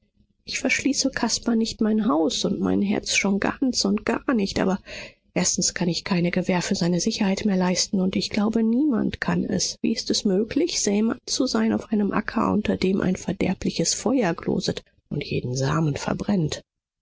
ich verschließe caspar nicht mein haus und mein herz schon ganz und gar nicht aber erstens kann ich keine gewähr für seine sicherheit mehr leisten und ich glaube niemand kann es wie ist es möglich säemann zu sein auf einem acker unter dem ein verderbliches feuer gloset und jeden samen verbrennt